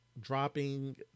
dropping